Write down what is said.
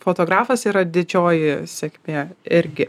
fotografas yra didžioji sėkmė irgi